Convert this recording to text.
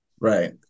Right